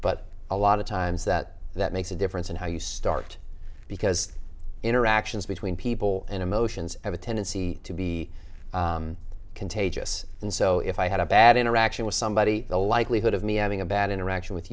but a lot of times that that makes a difference in how you start because interactions between people and emotions have a tendency to be contagious and so if i had a bad interaction with somebody the likelihood of me having a bad interaction with